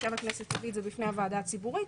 חשב הכנסת הביא את זה בפני הוועדה הציבורית,